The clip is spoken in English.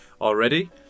already